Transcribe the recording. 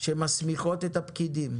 שמסמיכות את הפקידים